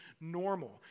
normal